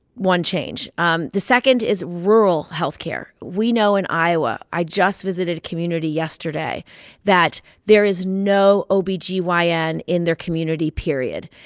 one change um the second is rural health care. we know in iowa i just visited a community yesterday that there is no ob-gyn and in their community, period.